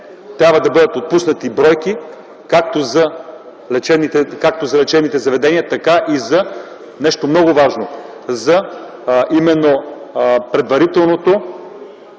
трябва да бъдат отпуснати бройки както за лечебните заведения, така и за нещо много важно – за предварителното